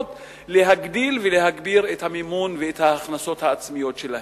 להגדיל ולהגביר את המימון ואת ההכנסות העצמיות שלהן.